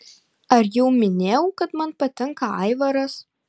ar jau minėjau kad man patinka aivaras